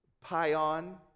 Pion